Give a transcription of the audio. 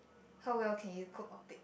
how well can you cook or bake